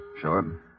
Sure